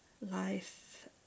Life